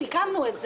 סיכמנו את זה...